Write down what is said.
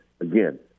again